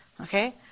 Okay